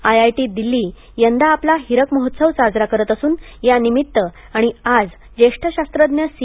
I I T Delhi यंदा आपला हीरक महोत्सव साजरा करत असून त्यानिमित्त आणि आज ज्येष्ठ शास्त्रज्ञ सी